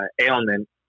ailment